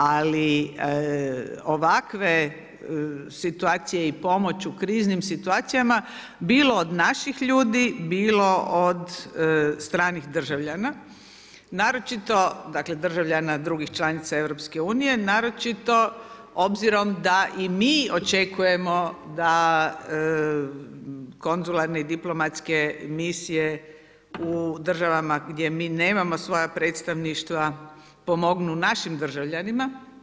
Ali ovakve situacije i pomoć u kriznim situacijama, bilo od naših ljudi, bilo od stranih državljana naročito, dakle državljana drugih članica EU, naročito obzirom da i mi očekujemo da konzularne i diplomatske misije u državama gdje mi nemamo svoja predstavništva pomognu našim državljanima.